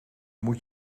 moet